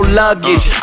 luggage